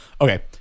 Okay